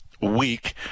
week